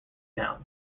down